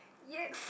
yes